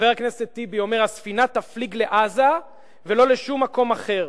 חבר הכנסת טיבי אומר: הספינה תפליג לעזה ולא לשום מקום אחר.